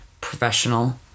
professional